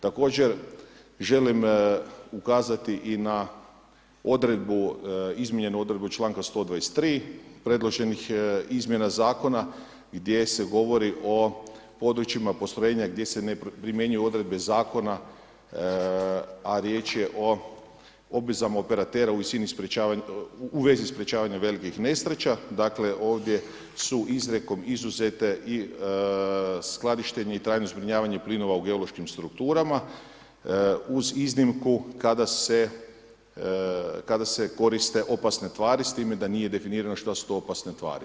Također, želim ukazati i na odredbu, izmijenjenu odredbu, članka 123., predloženih izmjena Zakona gdje se govori o područjima postrojenja gdje se ne primjenjuju odredbe Zakona a riječ je o obvezama operatera, u vezi sprječavanja velikih nesreća, dakle ovdje su izrijekom izuzete i skladištenje i trajno zbrinjavanje plinova u geološkim strukturama uz iznimku kada se, koriste opasne tvari, s time da nije definirano što su to opasne tvari.